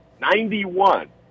Ninety-one